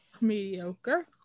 Mediocre